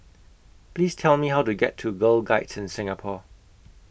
Please Tell Me How to get to Girl Guides in Singapore